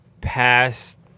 past